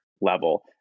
level